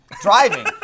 Driving